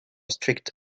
strict